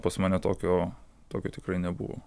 pas mane tokio tokio tikrai nebuvo